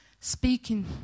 speaking